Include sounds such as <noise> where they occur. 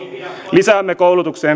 lisäämme koulutukseen <unintelligible>